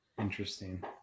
Interesting